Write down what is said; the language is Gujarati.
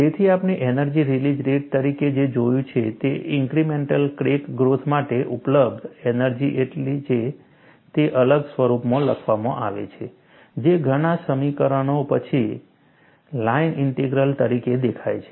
તેથી આપણે એનર્જી રિલીઝ રેટ તરીકે જે જોયું છે તે ઇન્ક્રિમેન્ટલ ક્રેક ગ્રોથ માટે ઉપલબ્ધ એનર્જી કેટલી છે તે એક અલગ સ્વરૂપમાં લખવામાં આવે છે જે ઘણા સરળીકરણો પછી લાઇન ઇન્ટિગ્રલ તરીકે દેખાય છે